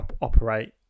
operate